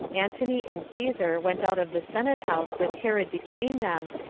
antony and caesar went out of the senate house with herod between them,